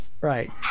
Right